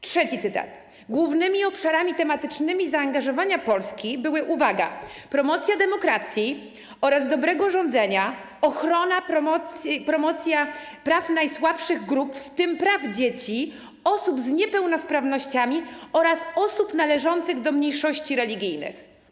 Trzeci cytat: Głównymi obszarami tematycznymi zaangażowania Polski były - uwaga - promocja demokracji oraz dobrego rządzenia, ochrona, promocja praw najsłabszych grup, w tym praw dzieci, osób z niepełnosprawnościami oraz osób należących do mniejszości religijnych.